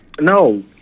no